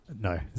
no